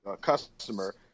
customer